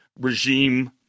regime